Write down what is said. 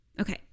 Okay